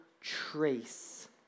trace